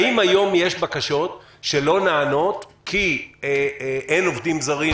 האם היום יש בקשות שלא נענות כי אין עובדים זרים,